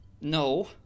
No